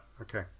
Okay